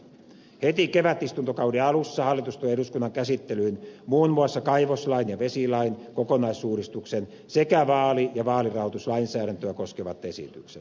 heti kevätistuntokauden alussa hallitus tuo eduskunnan käsittelyyn muun muassa kaivoslain ja vesilain kokonaisuudistuksen sekä vaali ja vaalirahoituslainsäädäntöä koskevat esitykset